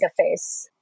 interface